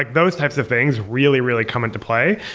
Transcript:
like those types of things really, really come into play.